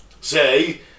say